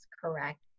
correct